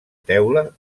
teula